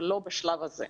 אבל לא בשלב הזה.